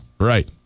Right